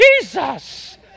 Jesus